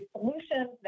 solutions